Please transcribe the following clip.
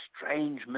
strange